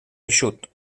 eixut